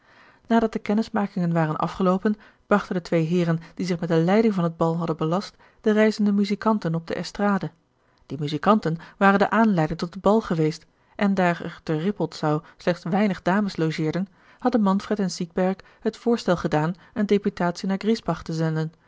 nadat de kennismakingen waren afgeloopen brachten de twee heeren die zich met de leiding van het bal hadden belast de reizende muziekanten op de estrade die muziekanten waren de aanleiding tot het bal geweest en daar er te rippoldsau slechts weinig dames logeerden hadden manfred en siegberg het voorstel gedaan eene deputatie naar griesbach te zenden